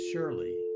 Surely